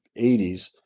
80s